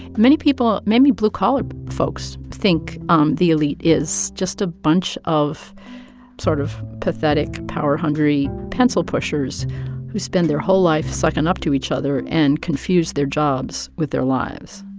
many people many blue-collar folks think um the elite is just a bunch of sort of pathetic, power-hungry, pencil pushers who spend their whole life sucking up to each other and confuse their jobs with their lives